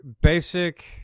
basic